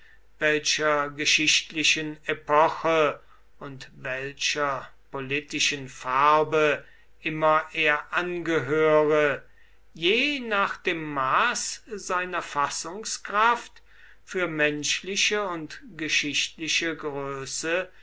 welcher geschichtlichen epoche und welcher politischen farbe immer er angehöre je nach dem maß seiner fassungskraft für menschliche und geschichtliche größe